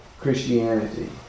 Christianity